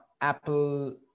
apple